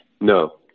No